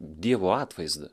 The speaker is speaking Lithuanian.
dievo atvaizdą